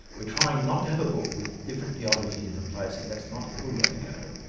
we're trying not to have a book with different theology in different places. that's not a good way to go.